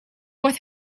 with